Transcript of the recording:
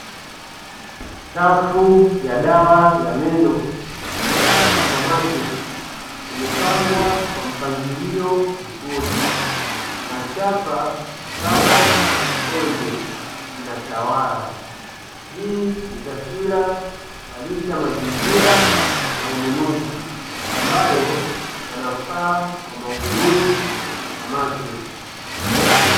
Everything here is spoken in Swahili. Safu ya dawa ya meno, katika "supermarket" imepangwa kwa mpangilio mzuri na chapa kama "colgate" inatawala, hii ni taswira halisi ya mazingira na ununuzi, ambayo yanafaa kwa maudhui ya "supermarket".